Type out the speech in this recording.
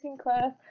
class